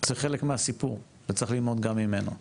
זה חלק מהסיפור, וצריך ללמוד גם ממנו.